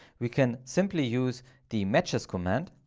we can simply use the matches command.